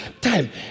Time